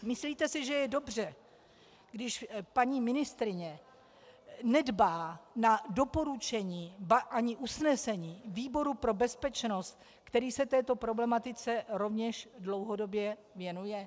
Myslíte si, že je dobře, když paní ministryně nedbá na doporučení, ba ani usnesení výboru pro bezpečnost, který se této problematice rovněž dlouhodobě věnuje?